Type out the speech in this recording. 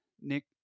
Nick